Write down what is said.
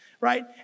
right